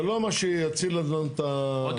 זה לא מה שיציל לנו את המשק,